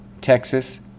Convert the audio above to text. texas